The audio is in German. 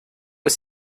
ist